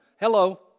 Hello